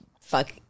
fuck